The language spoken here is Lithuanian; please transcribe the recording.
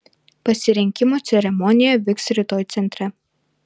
pasirinkimo ceremonija vyks rytoj centre